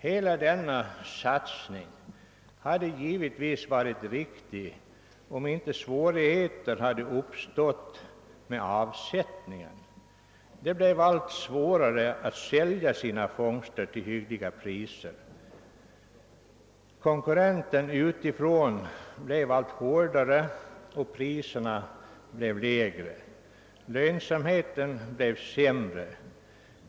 Hela denna satsning hade givetvis varit riktig om inte svårigheter hade uppstått med avsättningen. Det blev allt svårare för fiskarna att sälja sina fångster till hyggliga priser. Konkurrensen utifrån blev allt hårdare och priserna sjönk, varigenom lönsamheten blev sämre.